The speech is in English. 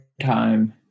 time